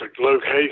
location